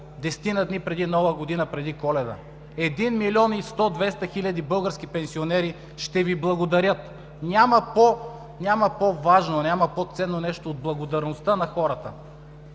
десетина дни преди Нова година, преди Коледа – един милион и 100 – 200 хиляди български пенсионери ще Ви благодарят. Няма по-важно, няма по-ценно нещо от благодарността на хората